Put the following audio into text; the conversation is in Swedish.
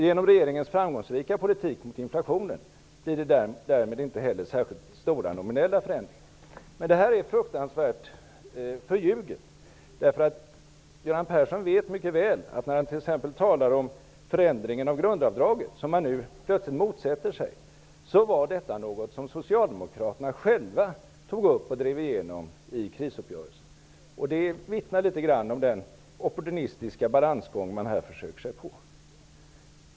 Genom regeringens framgångsrika politik mot inflationen blir det därmed inte heller särskilt stora nominella förändringar. Detta är fruktansvärt förljuget, eftersom Göran Persson mycket väl vet att när han talar om förändringen av grundavdraget -- som han nu plötsligt motsätter sig -- var detta något som socialdemokraterna själva tog upp och drev igenom i krisuppgörelsen. Det vittnar litet grand om den opportunistiska balansgång som man här försöker sig på.